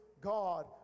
God